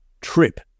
trip